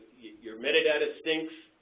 your metadata stinks,